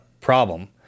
problem